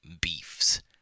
beefs